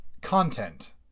Content